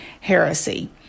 heresy